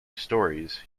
storeys